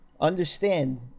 understand